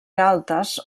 galtes